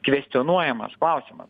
kvestionuojamas klausimas